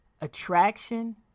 attraction